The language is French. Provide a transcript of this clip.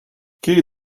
quai